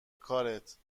کارت